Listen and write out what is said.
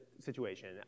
situation